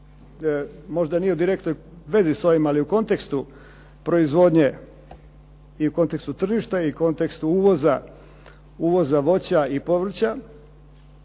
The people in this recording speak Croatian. možda nije u direktnoj vezi sa ovim, ali je u kontekstu proizvodnje i kontekstu tržišta i kontekstu uvoza voća i povrća,